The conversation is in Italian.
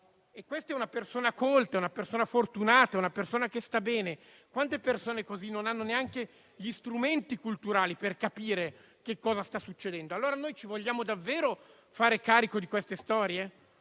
E questa è una persona colta, una persona fortunata, una persona che sta bene. Quante persone così non hanno neanche gli strumenti culturali per capire cosa sta succedendo? Allora noi ci vogliamo davvero fare carico di queste storie?